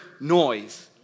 noise